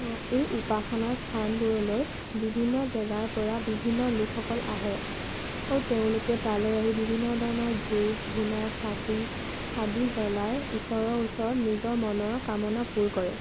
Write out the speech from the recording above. এই উপাসনা স্থানবোৰলৈ বিভিন্ন জেগাৰ পৰা বিভিন্ন লোকসকল আহে আৰু তেওঁলোকে তালৈ আহি বিভিন্ন ধৰণৰ ধূপ ধূনা চাকি আদি জ্বলাই ঈশ্ৱৰৰ ওচৰত নিজৰ মনৰ কামনা পূৰ কৰে